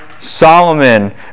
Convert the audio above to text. Solomon